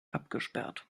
abgesperrt